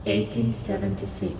1876